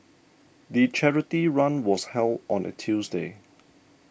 the charity run was held on a Tuesday